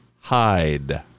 hide